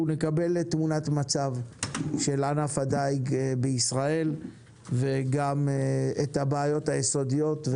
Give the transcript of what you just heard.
אנחנו נקבל תמונת מצב של ענף הדיג בישראל וגם נשמע על הבעיות היסודיות,